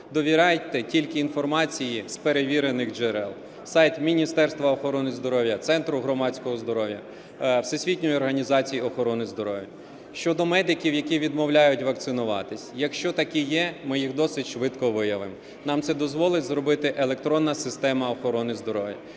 довіряйте тільки інформації з перевірених джерел: сайту Міністерства охорони здоров'я, Центру громадського здоров'я, Всесвітньої організації охорони здоров'я. Щодо медиків, які відмовляють вакцинуватись. Якщо такі є, ми їх досить швидко виявимо, нам це дозволить зробити електронна система Міністерства охорони здоров'я.